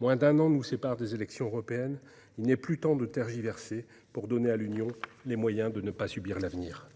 Moins d'un an nous sépare des élections européennes : il n'est plus temps de tergiverser pour donner à l'Union européenne les moyens de ne pas subir l'avenir.